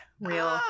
real